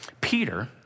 Peter